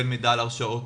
והן מידע על הרשעות,